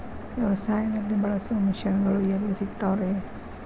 ವ್ಯವಸಾಯದಲ್ಲಿ ಬಳಸೋ ಮಿಷನ್ ಗಳು ಎಲ್ಲಿ ಸಿಗ್ತಾವ್ ರೇ?